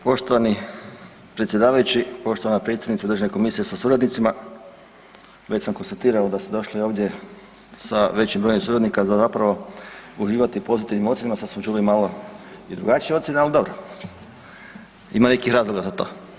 Poštovani predsjedavajući, poštovana predsjednice državne komisije sa suradnicima već sam konstatirao da ste došli ovdje sa većim brojem suradnika zapravo uživati u pozitivnim ocjenama, sad smo čuli malo i drugačije ocjene, ali dobro ima nekih razloga za to.